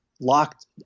locked